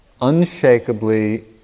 unshakably